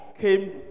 came